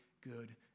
Good